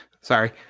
Sorry